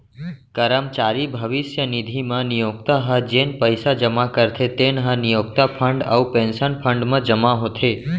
करमचारी भविस्य निधि म नियोक्ता ह जेन पइसा जमा करथे तेन ह नियोक्ता फंड अउ पेंसन फंड म जमा होथे